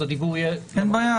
אז הדיוור יהיה -- אין בעיה.